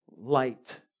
Light